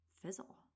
fizzle